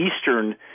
eastern